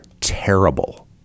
terrible